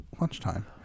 lunchtime